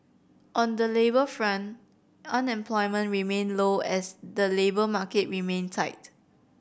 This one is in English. on the labour front unemployment remained low as the labour market remained tight